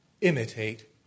imitate